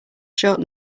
short